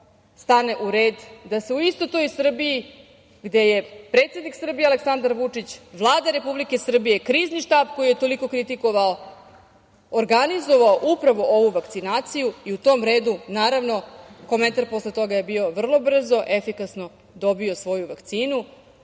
stane u red da se u istoj toj Srbiji gde je predsednik Srbije Aleksandar Vučić, Vlada Republike Srbije, Krizni štab koji je tom prilikom kritikovao, organizovao upravo ovu vakcinaciju i u tom redu, naravno komentar posle toga je bio vrlo brzo, efikasno dobio svoju vakcinu.